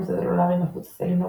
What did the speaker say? טלפונים סלולריים מבוססי לינוקס,